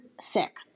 Sick